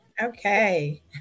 Okay